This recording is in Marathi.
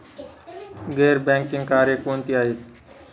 गैर बँकिंग कार्य कोणती आहेत?